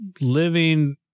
living